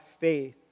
faith